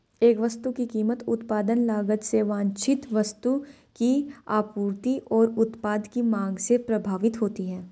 एक वस्तु की कीमत उत्पादन लागत से वांछित वस्तु की आपूर्ति और उत्पाद की मांग से प्रभावित होती है